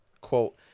quote